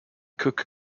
cook